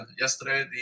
yesterday